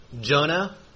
Jonah